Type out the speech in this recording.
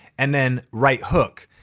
and then right hook.